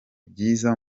byiza